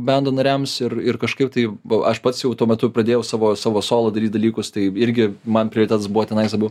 bendo nariams ir ir kažkaip tai buvo aš pats jau tuo metu pradėjau savo savo solo daryt dalykus tai irgi man prietes buvo tenais labiau